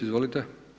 Izvolite.